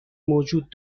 موجود